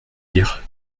dire